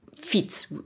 fits